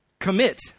Commit